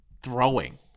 throwing